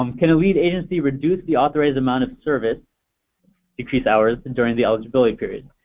um can a lead agency reduce the authorized amount of service increased hours and during the eligibility period?